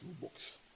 books